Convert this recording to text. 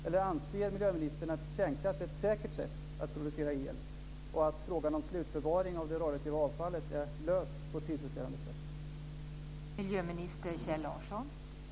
Eller anser miljöministern att kärnkraft är ett säkert sätt att producera el, och att problemet med slutförvaring av det radioaktiva avfallet är löst på ett tillfredsställande sätt?